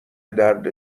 درد